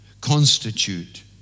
constitute